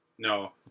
No